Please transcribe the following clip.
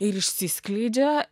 ir išsiskleidžia